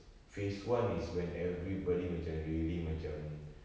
phase one is when everybody macam really macam